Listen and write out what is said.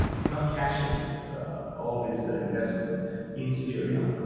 it's not cashing all of his investments in syria.